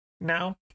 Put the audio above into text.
Now